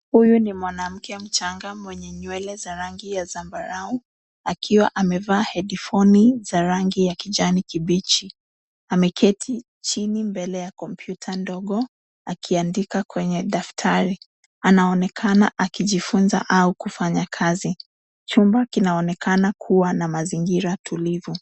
Huyu ni mwanamke mchanga mwenye nywele za rangi ya zambarau akiwa amevaa hedifoni za rangi ya kijani kibichi, ameketi chini mbele ya kompyuta ndogo akiandika kwenye daftari, anaonekana akijifunza au kufanya kazi. Chumba kinaonekana kuwa na mazingira tulivu.